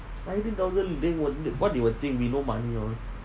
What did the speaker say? eighteen thousand they won't what they will think we no money all